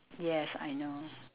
yes I know